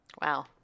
Wow